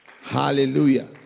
Hallelujah